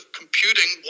computing